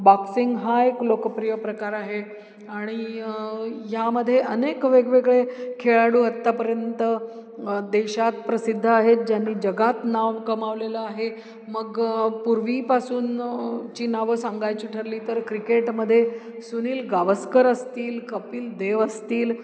boxing हा एक लोकप्रिय प्रकार आहे आणि यामध्ये अनेक वेगवेगळे खेळाडू आत्तापर्यंत देशात प्रसिद्ध आहेत ज्यांनी जगात नाव कमावलेलं आहे मग पूर्वीपासून ची नावं सांगायची ठरली तर क्रिकेटमध्ये सुनील गावस्कर असतील कपिल देव असतील